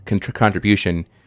contribution